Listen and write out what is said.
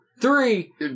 three